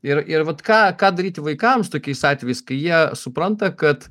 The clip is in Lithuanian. ir ir vat ką ką daryti vaikams tokiais atvejais kai jie supranta kad